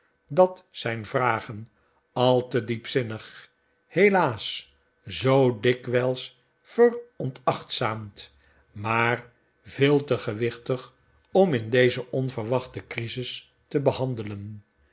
dat zijn vragen al te diepzinnig helaas zoo dikwijls yeronachtzaamd uaaar veel te gewichtig om in deze onverwachte crisis te behandelen